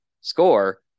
score